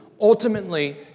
ultimately